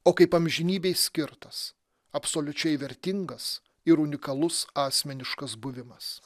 o kaip amžinybei skirtas absoliučiai vertingas ir unikalus asmeniškas buvimas